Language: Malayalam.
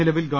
നിലവിൽ ഗവ